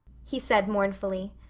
he said mournfully.